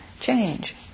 change